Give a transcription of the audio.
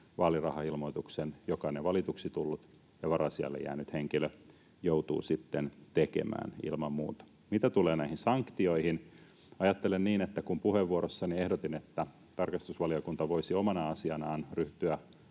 vaalirahailmoituksen jokainen valituksi tullut ja varasijalle jäänyt henkilö joutuu sitten tekemään ilman muuta. Mitä tulee näihin sanktioihin, ajattelen niin, että kun puheenvuorossani ehdotin, että tarkastusvaliokunta voisi omana asianaan ryhtyä